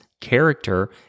character